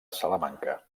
salamanca